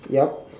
yup